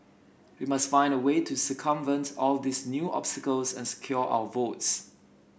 we must find a way to circumvent all these new obstacles and secure our votes